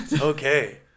Okay